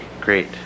great